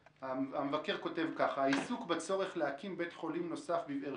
המבקר כותב ככה: "העיסוק בצורך להקים בית חולים נוסף בבאר